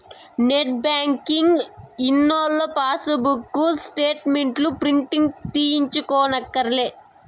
net banking ఉన్నోల్లు pass పుస్తకం స్టేటు మెంట్లుని ప్రింటు తీయించుకోనక్కర్లే